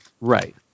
right